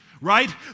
Right